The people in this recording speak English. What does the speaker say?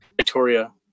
Victoria